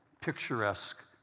picturesque